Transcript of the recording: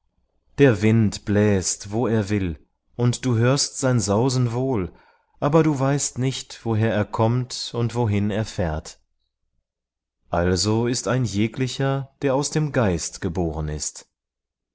der wind bläst wo er will und du hörst sein sausen wohl aber du weißt nicht woher er kommt und wohin er fährt also ist ein jeglicher der aus dem geist geboren ist